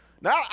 Now